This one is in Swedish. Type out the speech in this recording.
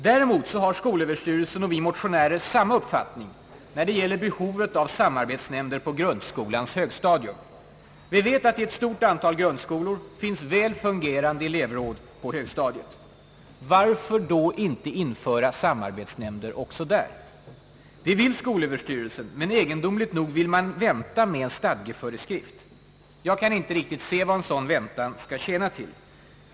Däremot har skolöverstyrelsen och vi motionärer samma uppfattning när det gäller behovet av samarbetsnämnder på grundskolans högstadium. Vi vet att i ett stort antal grundskolor finns väl fungerande elevråd på högstadiet. Varför då inte införa samarbetsnämnder också där? Det vill skolöverstyrelsen, men egendomligt nog vill man vänta med en stadgeföreskrift. Jag kan inte riktigt se vad en sådan väntan skall tjäna till.